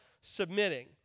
submitting